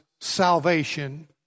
salvation